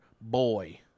boy